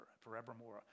forevermore